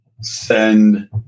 Send